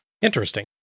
Interesting